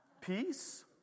Peace